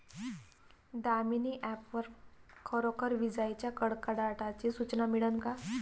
Damini app वर खरोखर विजाइच्या कडकडाटाची सूचना मिळन का?